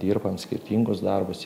dirbam skirtingus darbus